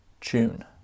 june